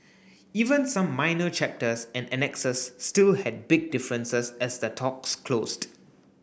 even some minor chapters and annexes still had big differences as the talks closed